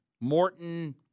Morton